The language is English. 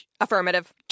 Affirmative